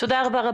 תודה רבה.